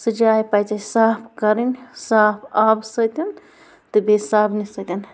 سۄ جاے پزِ اَسہِ صاف کَرٕنۍ صاف آبہٕ سۭتۍ